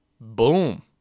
boom